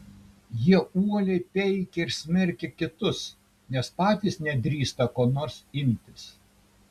jie uoliai peikia ir smerkia kitus nes patys nedrįsta ko nors imtis